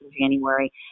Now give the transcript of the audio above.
January